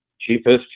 cheapest